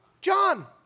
John